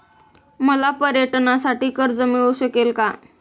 मला पर्यटनासाठी कर्ज मिळू शकेल का?